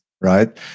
right